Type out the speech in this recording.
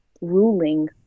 ruling